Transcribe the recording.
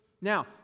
Now